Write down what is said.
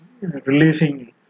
releasing